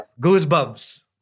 goosebumps